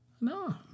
No